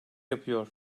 yapıyor